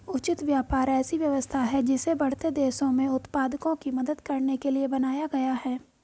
उचित व्यापार ऐसी व्यवस्था है जिसे बढ़ते देशों में उत्पादकों की मदद करने के लिए बनाया गया है